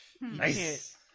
Nice